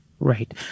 Right